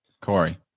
Corey